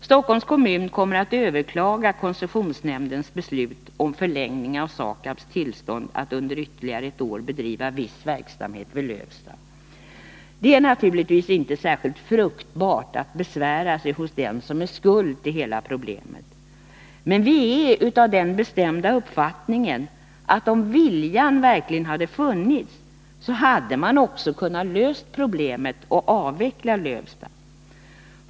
Stockholms kommun kommer att överklaga koncessionsnämndens beslut Det är naturligtvis inte särskilt fruktbart att besvära sig hos den som är skuld till hela problemet. Men vi är av den bestämda uppfattningen att om viljan verkligen hade funnits, så ade man också kunnat lösa problemet och avveckla Lövsta.